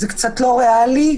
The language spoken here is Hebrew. זה קצת לא ריאלי.